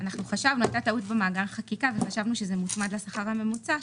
הייתה טעות במאגר החקיקה וחשבנו שזה מוצמד לשכר הממוצע,